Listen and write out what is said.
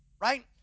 right